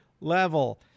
level